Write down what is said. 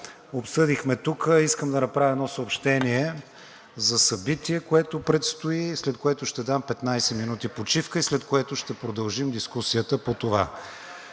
напредна, искам да направя едно съобщение за събитие, което предстои, след което ще дам 15 минути почивка и след което ще продължим дискусията по това.